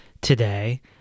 today